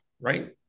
right